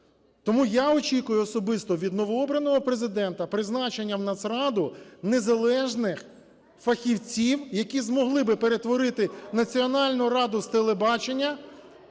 Тому я очікую особисто від новообраного Президента призначення в Нацраду незалежних фахівців, які змогли би перетворити Національну раду з телебачення